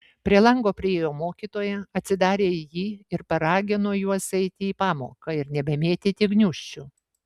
prie lango priėjo mokytoja atsidarė jį ir paragino juos eiti į pamoką ir nebemėtyti gniūžčių